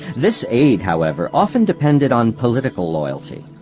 this aid, however, often depended on political loyalty.